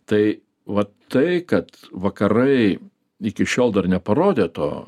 tai vat tai kad vakarai iki šiol dar neparodė to